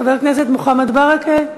חבר הכנסת מוחמד ברכה?